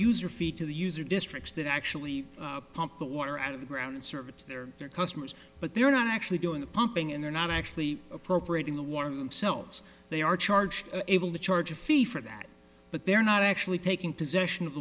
user fee to the user districts that actually pump the water out of the ground and serve it to their customers but they're not actually doing the pumping and they're not actually appropriating the war themselves they are charged able to charge a fee for that but they're not actually taking possession